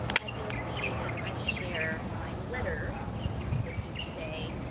as you'll see as i share my letter with you today,